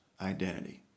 identity